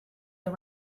the